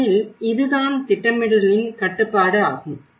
ஏனெனில் இதுதான் திட்டமிடலின் கட்டுப்பாடு ஆகும்